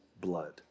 blood